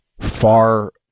far